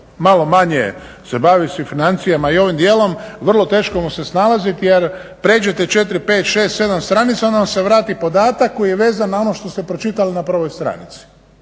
malo manje se bavi sa financijama i ovim dijelom vrlo teško mu se snalaziti jer pređete 4, 5, 6, 7 stranica onda vam se vrati podatak koji je vezan na ono što ste pročitali na prvoj stranici.